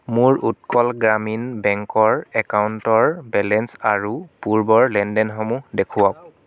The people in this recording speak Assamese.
মোৰ উৎকল গ্ৰামীণ বেংকৰ একাউণ্টৰ বেলেঞ্চ আৰু পূৰ্বৰ লেনদেনসমূহ দেখুৱাওক